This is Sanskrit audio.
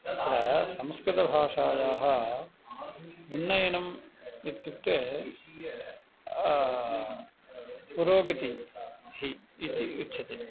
अत्र संस्कृतभाषायाः उन्नयनम् इत्युक्ते पुरोगतिः इति उच्यते